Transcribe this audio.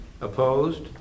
Opposed